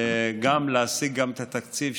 וגם להשיג את התקציב,